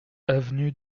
avenue